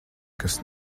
kas